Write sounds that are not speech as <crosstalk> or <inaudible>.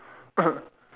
<coughs>